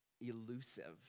elusive